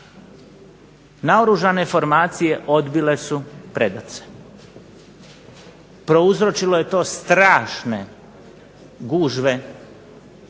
Naoružane formacije odbile su predat se. Prouzročilo je to strašne gužve,